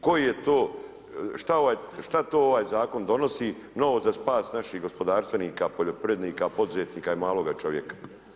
Koji je to, šta to ovaj zakon donosi novo za spas naših gospodarstvenika, poljoprivrednika, poduzetnika i maloga čovjeka?